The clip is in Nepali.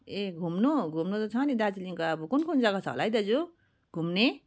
ए घुम्नु घुम्नु त छ नि दार्जिलिङको अब कुन कुन जग्गा छ होला है दाजु घुम्ने